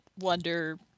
wonder